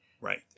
right